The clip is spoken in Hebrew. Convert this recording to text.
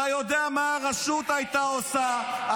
אתה יודע מה הרשות הייתה עושה.